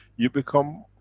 you become